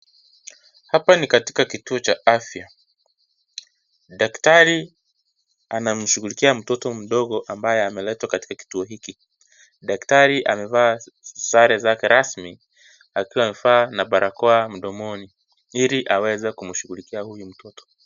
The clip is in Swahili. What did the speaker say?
Hapa ni katika kituo cha afya , daktari anamshughulikia mtoto mdogo ambaye ameletwa katika kiyuo hiki . Daktari amevaa sare zake rasmi akiwa amevaa na barakoa mdomoni ili aweze kushughulikia huyu mtoto.